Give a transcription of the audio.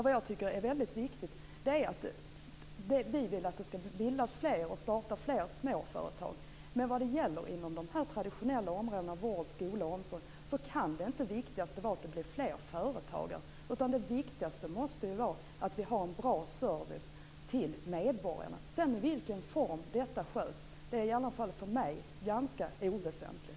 Vad vi tycker är väldigt viktigt är att det skall bildas och startas fler små företag. Men på de här traditionella områdena vård, skola och omsorg kan det viktigaste inte vara att det blir fler företagare. Det viktigaste måste vara att vi har en bra service till medborgarna. I vilken form detta sedan sköts är i alla fall för mig ganska oväsentligt.